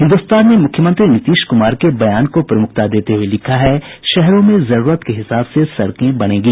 हिन्दुस्तान ने मुख्यमंत्री नीतीश कुमार के बयान को प्रमुखता देते हुये लिखा है शहरों में जरूरत के हिसाब से सड़कें बनेगी